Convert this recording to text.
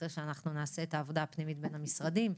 אחרי שאנחנו נעשה את העבודה הפנימית בין המשרדים,